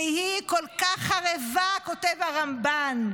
שהיא כל כך חרבה, כותב הרמב"ן,